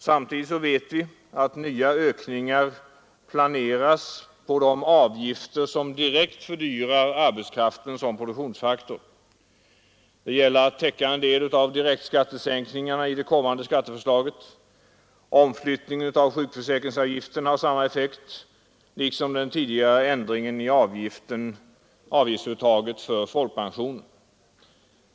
Samtidigt vet vi att nya ökningar planeras på de avgifter som direkt fördyrar arbetskraften som produktionsfaktor. Det gäller att täcka en del av direktskattesänkningarna i det kommande skatteförslaget. Omflyttningen av sjukförsäkringsavgiften har samma effekt liksom den tidigare ändringen i avgiftsintaget för folkpensionen.